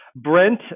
brent